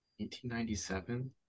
1897